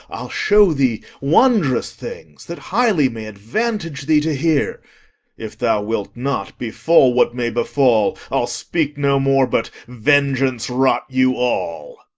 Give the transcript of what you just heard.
i'll show thee wondrous things that highly may advantage thee to hear if thou wilt not, befall what may befall, i'll speak no more but vengeance rot you all